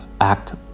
act